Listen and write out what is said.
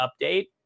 update